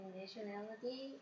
nationality